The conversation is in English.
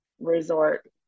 resort